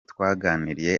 twaganiriye